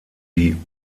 die